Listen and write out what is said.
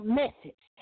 message